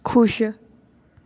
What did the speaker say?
ਖੁਸ਼